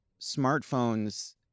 smartphones